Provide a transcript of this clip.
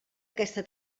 aquesta